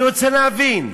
אני רוצה להבין,